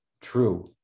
true